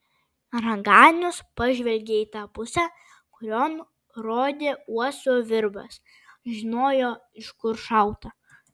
raganius pažvelgė į tą pusę kurion rodė uosio virbas žinojo iš kur šauta